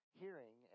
hearing